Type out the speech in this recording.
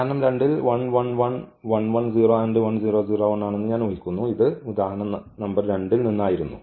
ഉദാഹരണം 2 ഇത് ആണെന്ന് ഞാൻ ഊഹിക്കുന്നു ഇത് ഉദാഹരണം നമ്പർ 2 ൽ നിന്നായിരുന്നു